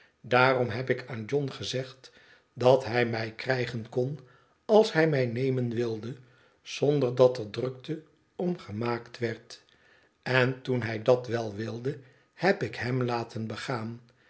daarom heb ik aan john gezegd dat hij mij krijgen kon als hij mij nemen wilde zonder dat er drukte om gemaakt werd en toen hij dat wel wilde heb ik hem laten begaan